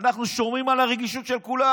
אנחנו שומרים על הרגישות של כולם.